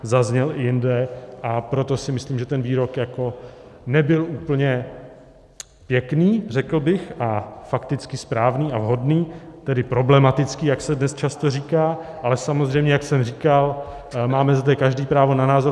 Zazněl i jinde, a proto si myslím, že ten výrok nebyl úplně pěkný, řekl bych, a fakticky správný a vhodný, tedy problematický, jak se dnes často říká, ale samozřejmě, jak jsem říkal, máme zde každý právo na názor.